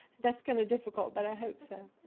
that's kind of difficult. but i hope so.